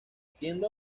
siendo